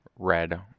Red